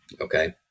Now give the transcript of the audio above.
okay